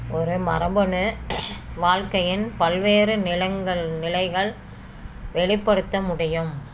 ஒரு மரபணு வாழ்க்கையின் பல்வேறு நிலங்கள் நிலைகள் வெளிப்படுத்த முடியும்